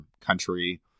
country